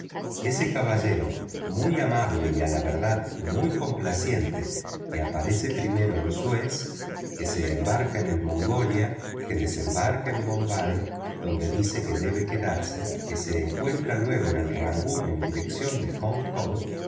ese caballero muy amable y a la verdad muy complaciente que aparece primero en suez que se embarca en el mongolia que desembarca en bombay donde dice que debe quedarse que se encuentra luego en el rangoon en dirección de hong kong